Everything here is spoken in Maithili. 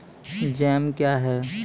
जैम क्या हैं?